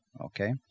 okay